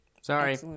Sorry